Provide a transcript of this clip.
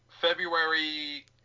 February